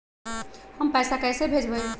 हम पैसा कईसे भेजबई?